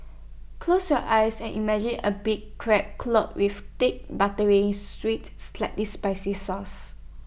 close your eyes and imagine A big Crab clotted with thick buttery sweet slightly spicy sauce